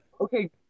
Okay